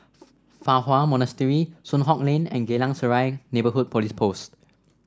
Fa Hua Monastery Soon Hock Lane and Geylang Serai Neighbourhood Police Post